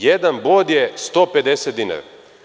Jedan bod je 150 dinara.